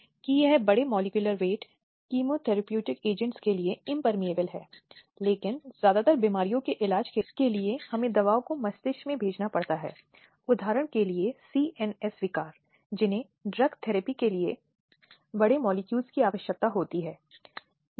हालाँकि यह अधिनियम विशिष्ट था कार्यस्थल में एक महिला कर्मचारी पर प्रतिबद्ध किया गया है इसलिए यदि यह प्रावधान या वे प्रावधान कार्यस्थल पर यौन उत्पीड़न के लिए थे तो एक महिला पर अपराध किया जा रहा था